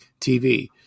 TV